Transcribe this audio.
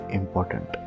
important